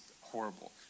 horrible